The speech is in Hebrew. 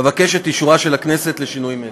אבקש את אישורה של הכנסת לשינויים אלה.